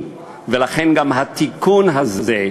ולכן גם התיקון הזה,